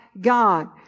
God